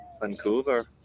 Vancouver